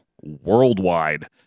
Worldwide